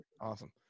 Awesome